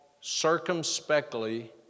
circumspectly